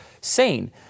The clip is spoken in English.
sane